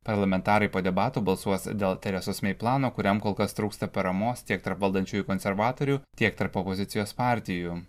parlamentarai po debatų balsuos dėl teresos mei plano kuriam kol kas trūksta paramos tiek tarp valdančiųjų konservatorių tiek tarp opozicijos partijų